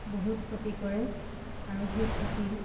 বহুত ক্ষতি কৰে আৰু সেই ক্ষতি